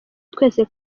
twese